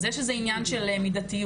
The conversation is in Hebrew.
אז זה עניין של מדתיות.